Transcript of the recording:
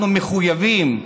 אנחנו מחויבים,